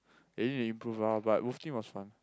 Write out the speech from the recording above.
I need improve ah but WolfTeam was fun